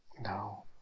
no